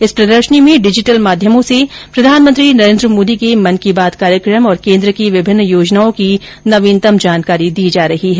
इस प्रदर्शनी में डिजीटल माध्यमों से प्रधानमंत्री नरेन्द्र मोदी के मन की बात कार्यक्रम और कर्केन्द्र की विभिन्न योजनाओं की नवीनतम जानकारी दी जा रही है